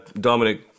Dominic